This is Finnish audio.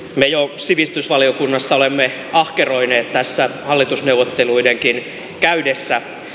me jo sivistysvaliokunnassa olemme ahkeroineet tässä hallitusneuvotteluidenkin käydessä